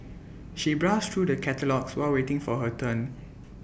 she browsed through the catalogues while waiting for her turn